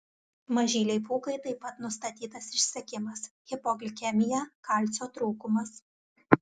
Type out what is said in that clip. mažylei pūkai taip pat nustatytas išsekimas hipoglikemija kalcio trūkumas